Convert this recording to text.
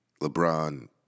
LeBron